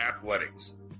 athletics